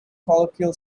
colloquial